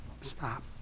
Stop